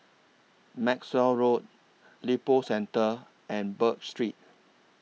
Maxwell Road Lippo Centre and Birch Street